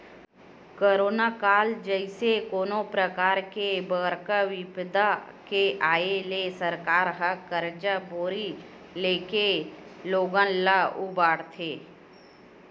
corona काल जइसे कोनो परकार के बड़का बिपदा के आय ले सरकार ह करजा बोड़ी लेके लोगन ल उबारथे